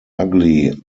ugly